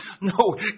No